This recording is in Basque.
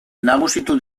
nagusitu